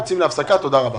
יוצאים להפסקה, תודה רבה.